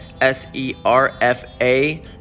S-E-R-F-A